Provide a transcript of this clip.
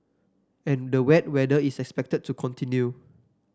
and the wet weather is expected to continue